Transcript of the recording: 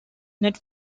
net